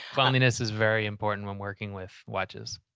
cleanliness is very important when working with watches.